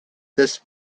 this